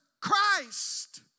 Christ